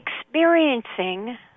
experiencing